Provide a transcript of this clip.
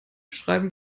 schreiben